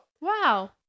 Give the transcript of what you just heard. Wow